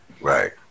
Right